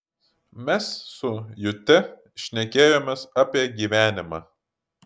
mes su jute šnekėjomės apie gyvenimą